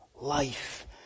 life